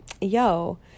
yo